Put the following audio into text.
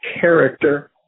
character